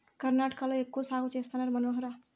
కర్ణాటకలో ఎక్కువ సాగు చేస్తండారు మనోహర